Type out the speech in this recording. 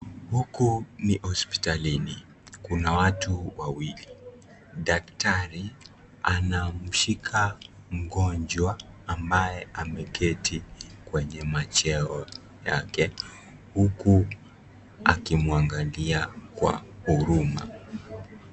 Huku ni hospitalini. Kuna watu wawili. Daktari anamshika mgonjwa ambaye ameketi kwenye machweo yake, huku akimwangalia kwa huruma.